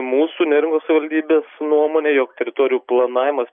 mūsų neringos savivaldybės nuomone jog teritorijų planavimas